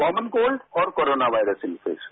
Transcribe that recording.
common cold और corona virus infection